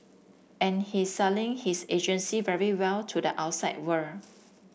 and he's selling his agency very well to the outside world